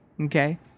okay